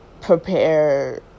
prepare